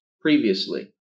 previously